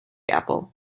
apple